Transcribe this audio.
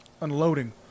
unloading